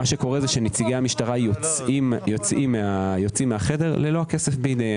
נציגי המשטרה יוצאים מהחדר ללא הכסף בידיהם.